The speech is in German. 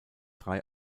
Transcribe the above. drei